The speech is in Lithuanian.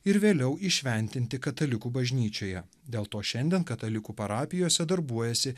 ir vėliau įšventinti katalikų bažnyčioje dėl to šiandien katalikų parapijose darbuojasi